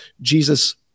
Jesus